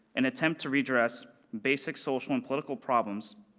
an attempt to redress basic social and political problems,